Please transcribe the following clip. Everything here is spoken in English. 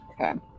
Okay